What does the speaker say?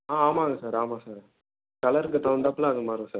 ஆ ஆமாங்க சார் ஆமாம் சார் கலருக்கு தகுந்தாப்பில் அது மாறும் சார்